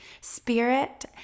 spirit